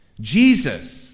Jesus